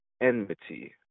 enmity